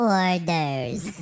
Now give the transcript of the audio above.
orders